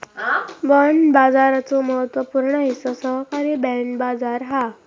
bond बाजाराचो महत्त्व पूर्ण हिस्सो सरकारी बाँड बाजार हा